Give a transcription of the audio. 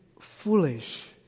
foolish